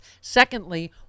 Secondly